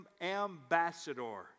ambassador